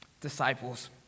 Disciples